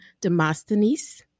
Demosthenes